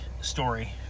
story